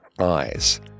eyes